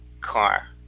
car